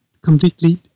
completely